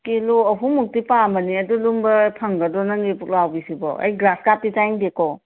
kilo ꯑꯍꯨꯝꯃꯨꯛꯇꯤ ꯄꯥꯝꯕꯅꯦ ꯑꯗꯨ ꯂꯨꯝꯕ ꯐꯪꯒꯗ꯭ꯔꯣ ꯅꯪꯒꯤ ꯄꯨꯛꯂꯥꯎꯕꯤꯁꯤꯕꯣ ꯑꯩ ꯒ꯭ꯔꯥꯁꯀꯥꯞꯇꯤ ꯆꯥꯅꯤꯡꯗꯦꯀꯣ